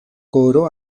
koro